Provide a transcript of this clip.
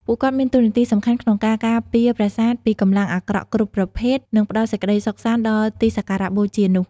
ពួកគាត់មានតួនាទីសំខាន់ក្នុងការ ការពារប្រាសាទ ពីកម្លាំងអាក្រក់គ្រប់ប្រភេទ និងផ្តល់សេចក្តីសុខសាន្តដល់ទីសក្ការៈបូជានោះ។